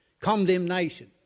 condemnation